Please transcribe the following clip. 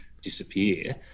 disappear